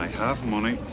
i have money,